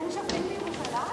אין שופטים בירושלים?